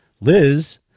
Liz